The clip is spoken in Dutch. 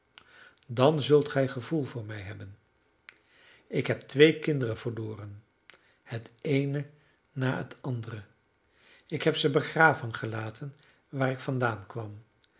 dan zult gij gevoel voor mij hebben ik heb twee kinderen verloren het eene na het andere ik heb ze begraven gelaten waar ik vandaan kwam